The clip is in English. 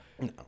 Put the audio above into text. No